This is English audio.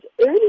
early